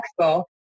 expo